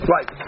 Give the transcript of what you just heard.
Right